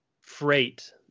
freight